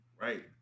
right